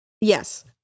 Yes